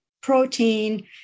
protein